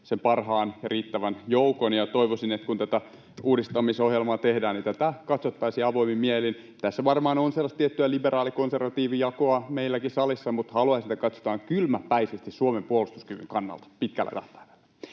sen parhaan ja riittävän joukon, ja toivoisin, että kun tätä uudistamisohjelmaa tehdään, niin tätä katsottaisiin avoimin mielin. Tässä varmaan on sellaista tiettyä liberaali—konservatiivi-jakoa meilläkin salissa, mutta haluaisin, että sitä katsotaan kylmäpäisesti Suomen puolustuskyvyn kannalta pitkällä tähtäimellä.